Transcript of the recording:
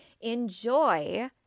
enjoy